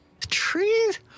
trees